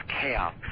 chaos